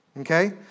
okay